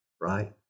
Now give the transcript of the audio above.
right